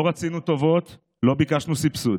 לא רצינו טובות, לא ביקשנו סבסוד,